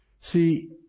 See